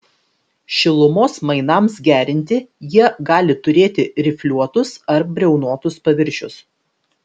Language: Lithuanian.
šilumos mainams gerinti jie gali turėti rifliuotus ar briaunotus paviršius